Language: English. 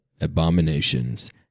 abominations